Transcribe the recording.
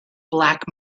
black